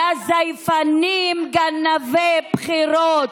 יא זייפנים, גנבי בחירות.